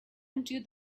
into